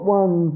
one